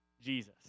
Jesus